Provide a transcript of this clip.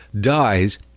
dies